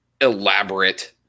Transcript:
elaborate